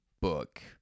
book